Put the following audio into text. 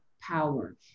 power